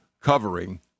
covering